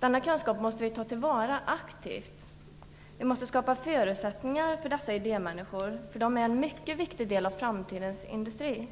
Denna kunskap måste aktivt tas till vara. Vi måste skapa förutsättningar för dessa idémänniskor, eftersom de är en viktig del av framtidens industri.